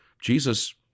Jesus